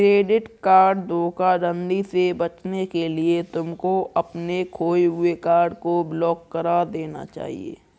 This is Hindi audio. क्रेडिट कार्ड धोखाधड़ी से बचने के लिए तुमको अपने खोए हुए कार्ड को ब्लॉक करा देना चाहिए